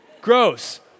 Gross